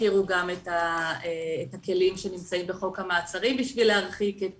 הזכירו גם את הכלים שנמצאים בחוק המעצרים כדי להרחיק את